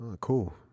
Cool